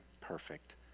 perfect